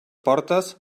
portes